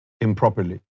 improperly